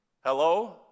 Hello